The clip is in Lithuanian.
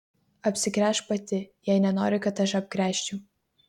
apsigręžk pati jei nenori kad aš apgręžčiau